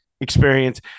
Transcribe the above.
experience